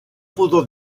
pudo